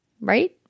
Right